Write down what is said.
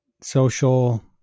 social